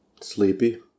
Sleepy